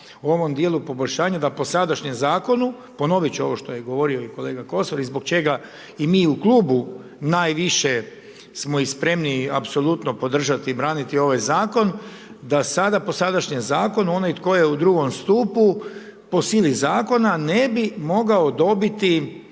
u ovom dijelu poboljšanja da po sadašnjem zakonu, ponovit ću ovo što je govorio i kolega Kosor i zbog čega i mi u Klubu najviše smo i spremni apsolutno podržati i braniti ovaj zakon, da sada po sadašnjem zakonu onaj tko je u II. stupu po sili zakona ne bi mogao dobiti